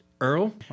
Earl